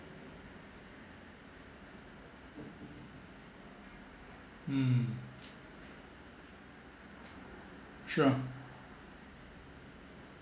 mm sure